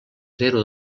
zero